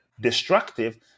destructive